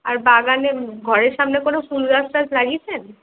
আর বাগানে ঘরের সামনে কোনো ফুল গাছ টাছ লাগিয়েছেন